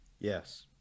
Yes